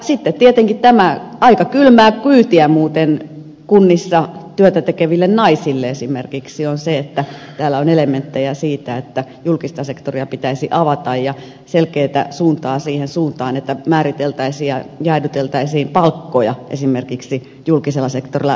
sitten tietenkin aika kylmää kyytiä muuten kunnissa työtä tekeville naisille esimerkiksi on se että täällä on elementtejä siitä että julkista sektoria pitäisi avata ja selkeätä suuntaa siihen suuntaan että määriteltäisiin ja jäädyteltäisiin palkkoja esimerkiksi julkisella sektorilla